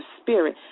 spirit